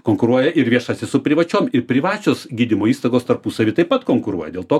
konkuruoja ir viešasis su privačiom ir privačios gydymo įstaigos tarpusavy taip pat konkuruoja dėl to